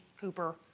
Cooper